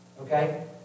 Okay